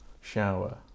shower